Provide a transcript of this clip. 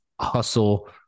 hustle